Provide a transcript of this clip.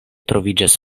troviĝas